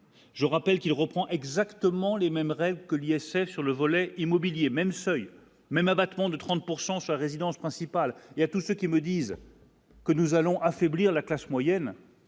Je rappelle qu'il reprend exactement les mêmes règles que l'ISF sur le volet immobilier même seuil même abattement de 30 pourcent sa résidence principale, il y a tout ce qu'il me disent. Que nous allons affaiblir la classe moyenne,